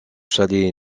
chalet